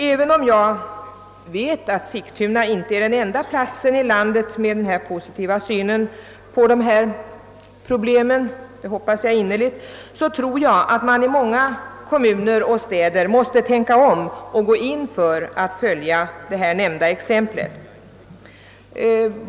även om jag vet att Sigtuna inte är den enda platsen i landet med denna positiva syn på dessa problem tror jag att man i många kommuner och städer måste tänka om och gå in för att följa Sigtunas exempel.